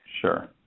Sure